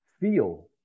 feel